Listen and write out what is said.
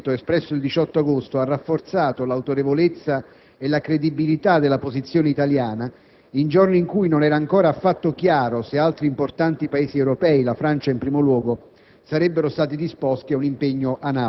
Voglio ricordare che il primo voto del Parlamento, espresso il 18 agosto, ha rafforzato l'autorevolezza e la credibilità della posizione italiana in giorni in cui non era ancora affatto chiaro se altri importanti paesi europei, la Francia in primo luogo,